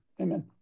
Amen